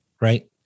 Right